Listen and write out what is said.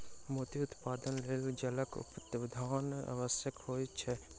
मोती उत्पादनक लेल जलक उपलब्धता आवश्यक होइत छै